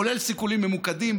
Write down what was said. כולל סיכולים ממוקדים,